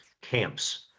camps